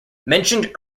mentioned